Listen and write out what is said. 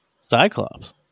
Cyclops